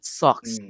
sucks